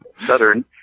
southern